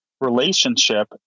relationship